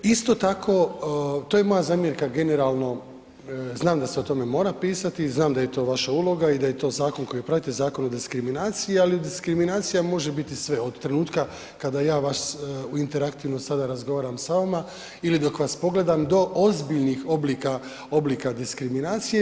Isto tako to je moja zamjerka generalno, znam da se o tome mora pisati, znam da je to vaša uloga i da je to zakon koji pratite, Zakon o diskriminaciji ali diskriminacija može biti sve, od trenutka kada ja vas u interaktivnom sada razgovaram s vama ili dok vas pogledam do ozbiljnih oblika diskriminacije.